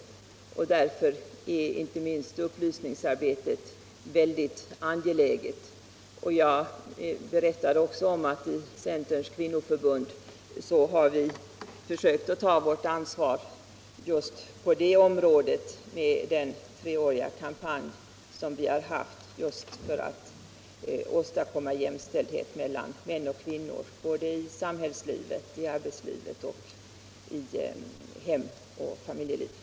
Därför är inte minst upplysningsarbetet väldigt angeläget. Jag berättade också om att i Centerns kvinnoförbund har vi försökt ta vårt ansvar på detta område med den treåriga kampanj som vi Har bedrivit för att åstadkomma jämställdhet mellan män och kvinnor i samhällslivet, arbetslivet och hem och familjelivet.